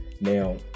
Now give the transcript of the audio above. Now